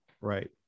right